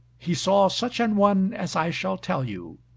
he saw such an one as i shall tell you.